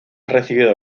recibido